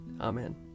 Amen